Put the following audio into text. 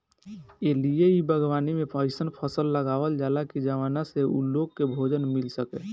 ए लिए इ बागवानी में अइसन फूल लगावल जाला की जवना से उ लोग के भोजन मिल सके